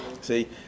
See